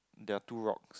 there are two rocks